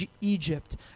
Egypt